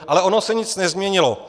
Ale ono se nic nezměnilo.